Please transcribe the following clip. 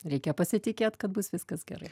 reikia pasitikėt kad bus viskas gerai